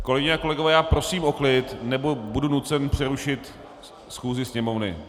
Kolegyně a kolegové, já prosím o klid, nebo budu nucen přerušit schůzi Sněmovny.